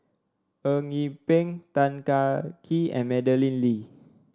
Eng Yee Peng Tan Kah Kee and Madeleine Lee